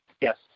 yes